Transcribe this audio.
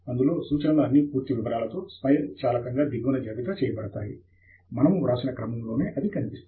అందులో సూచనలు అన్న్నీ పూర్తి వివరాలతో స్వయంచాలకంగా దిగువన జాబితా చేయబడతాయి మనము వ్రాసిన క్రమములోనే అవి కనిపిస్తాయి